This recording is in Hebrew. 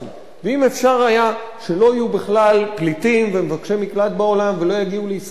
ואם אפשר היה שלא יהיו בכלל פליטים ומבקשי מקלט בעולם ולא יגיעו לישראל,